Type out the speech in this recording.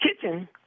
kitchen